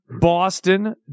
Boston